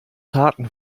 taten